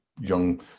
young